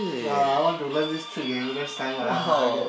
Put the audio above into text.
ya I want to learn this trick eh next time ah can